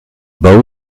bau